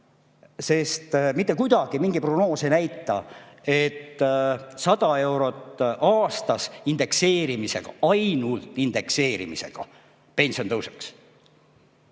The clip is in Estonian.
sest mitte kuidagi mingi prognoos ei näita, et 100 eurot aastas indekseerimisega – ainult indekseerimisega – pension tõuseks.